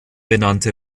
benannte